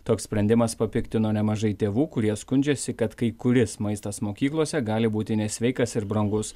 toks sprendimas papiktino nemažai tėvų kurie skundžiasi kad kai kuris maistas mokyklose gali būti nesveikas ir brangus